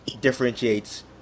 differentiates